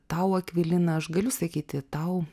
tau akvilina aš galiu sakyti tau